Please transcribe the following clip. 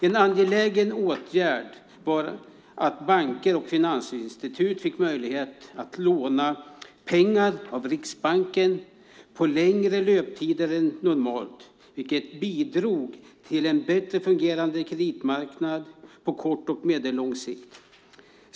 En angelägen åtgärd var att banker och finansinstitut fick möjlighet att låna pengar av Riksbanken med längre löptider än normalt, vilket bidrog till en bättre fungerande kreditmarknad på kort och medellång sikt.